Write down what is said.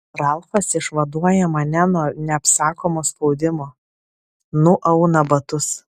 ralfas išvaduoja mane nuo neapsakomo spaudimo nuauna batus